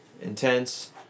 intense